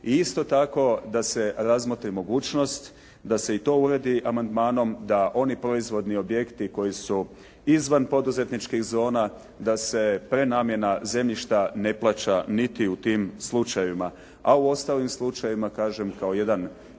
I isto tako da se razmotri mogućnost da se i to uredi amandmanom da oni proizvodni objekti koji su izvan poduzetničkih zona da se prenamjena zemljišta ne plaća niti u tim slučajevima, a u ostalim slučajevima kažem kao jedan kompromis